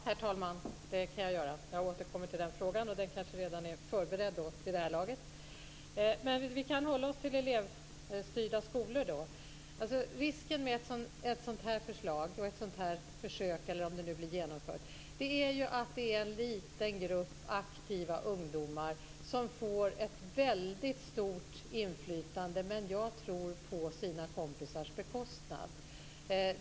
Herr talman! Det kan jag göra. Jag återkommer till den frågan, och den kanske redan är förberedd. Men vi kan hålla oss till frågan om elevstyrda skolor. Risken med ett sådant förslag och ett sådant försök eller genomförande är ju att det blir en liten grupp aktiva ungdomar som får ett väldigt stort inflytande. Men jag tror att det sker på deras kompisars bekostnad.